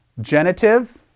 Genitive